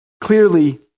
Clearly